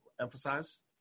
emphasize